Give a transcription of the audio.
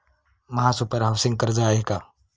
महासुपर हाउसिंग कर्ज आहे का?